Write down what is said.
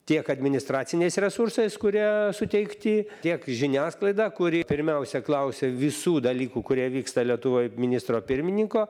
tiek administraciniais resursais kurie suteikti tiek žiniasklaida kuri pirmiausia klausia visų dalykų kurie vyksta lietuvoj ministro pirmininko